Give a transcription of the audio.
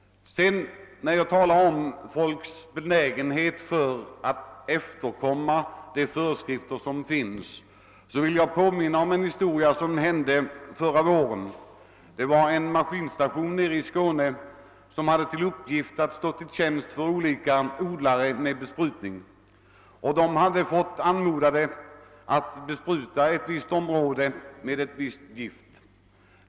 Då jag talar om efterföljden av föreskrifterna vill jag påminna om ett fall som inträffade förra våren. Det var en maskinstation nere i Skåne som hade till uppgift att stå olika odlare till tjänst med besprutning, och man hade blivit anmodad att bespruta ett område med ett visst gift.